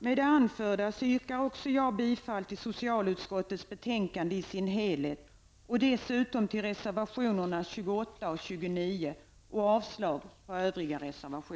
Med det anförda yrkar också jag bifall till hemställan i socialutskottets betänkande i dess helhet och dessutom till reservationerna 28 och 29